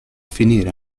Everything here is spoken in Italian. finire